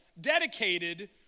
dedicated